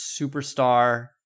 superstar